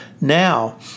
now